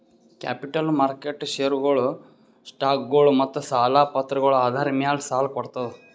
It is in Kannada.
ಕ್ಯಾಪಿಟಲ್ ಮಾರ್ಕೆಟ್ ಷೇರ್ಗೊಳು, ಸ್ಟಾಕ್ಗೊಳು ಮತ್ತ್ ಸಾಲ ಪತ್ರಗಳ್ ಆಧಾರ್ ಮ್ಯಾಲ್ ಸಾಲ ಕೊಡ್ತದ್